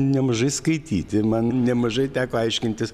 nemažai skaityti man nemažai teko aiškintis